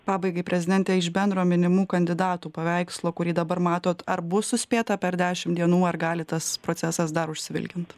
pabaigai prezidente iš bendro minimų kandidatų paveikslo kurį dabar matot ar bus suspėta per dešim dienų ar gali tas procesas dar užsivilkint